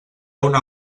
una